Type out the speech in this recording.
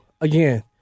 Again